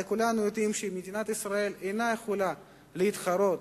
הרי כולנו יודעים שמדינת ישראל אינה יכולה להתחרות